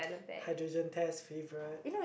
hydrogen test favorite